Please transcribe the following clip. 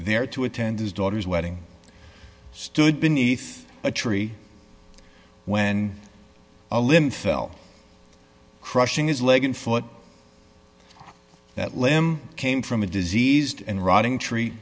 there to attend his daughter's wedding stood beneath a tree when a limb fell crushing his leg and foot that limb came from a diseased and rotting tree